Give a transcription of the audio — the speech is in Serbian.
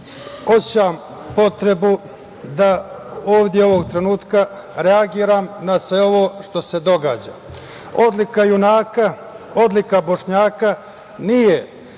osećam potrebu da ovde ovog trenutka reagujem na sve ovo što se događa. Odlika junaka, odlika Bošnjaka nije